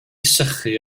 sychu